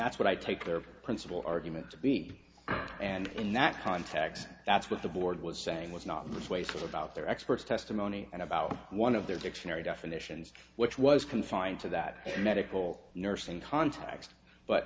that's what i take their principal argument to be and in that context that's what the board was saying was not persuasive about their experts testimony and about one of their dictionary definitions which was confined to that medical nursing context but